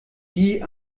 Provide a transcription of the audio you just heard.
die